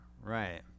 right